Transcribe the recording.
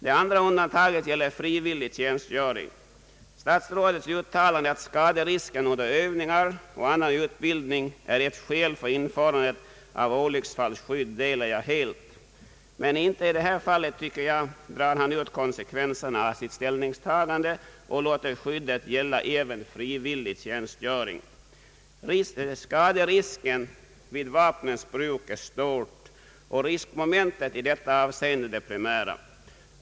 Det andra undantaget gäller frivillig tjänstgöring. Statsrådets uttalande att skaderisken under övningar och annan utbildning är ett skäl för införande av olycksfallsskydd delar jag helt. Men inte heller i detta fall drar han ut konsekvenserna av sitt ställningstagande och låter skyddet gälla även frivillig tjänstgöring. Skaderisken vid vapens bruk är stort och riskmomentet i detta avseende det primära.